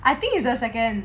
I think it's the second